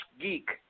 geek